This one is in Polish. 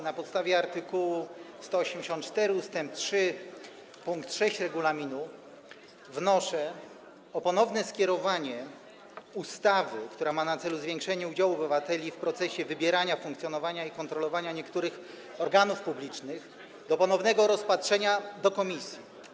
Na podstawie art. 184 ust. 3 pkt 6 regulaminu wnoszę o ponowne skierowanie ustawy, która ma na celu zwiększenie udziału obywateli w procesie wybierania, funkcjonowania i kontrolowania niektórych organów publicznych, do komisji.